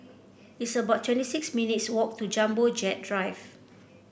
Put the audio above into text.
it's about twenty six minutes' walk to Jumbo Jet Drive